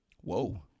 Whoa